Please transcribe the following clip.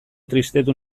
tristetu